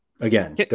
again